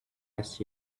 last